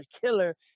killer